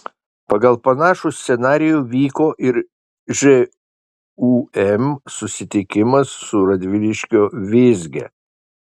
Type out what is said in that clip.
pagal panašų scenarijų vyko ir žūm susitikimas su radviliškio vėzge